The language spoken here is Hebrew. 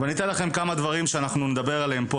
להלן כמה נושאים שיעלו בדיון: